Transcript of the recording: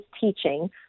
teaching